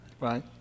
Right